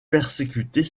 persécuter